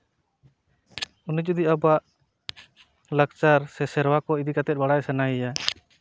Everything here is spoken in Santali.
ᱩᱱᱤ ᱡᱩᱫᱤ ᱟᱵᱚᱣᱟᱜ ᱞᱟᱠᱪᱟᱨ ᱥᱮ ᱥᱮᱨᱣᱟ ᱠᱚ ᱤᱫᱤ ᱠᱟᱛᱮ ᱵᱟᱲᱟᱭ ᱥᱟᱱᱟᱭᱮᱭᱟ